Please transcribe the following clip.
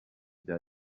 bya